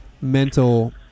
mental